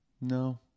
No